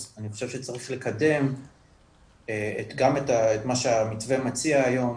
אז אני חושב שצריך לקדם גם את מה שהמתווה מציע היום,